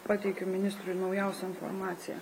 pateikiu ministrui naujausią informaciją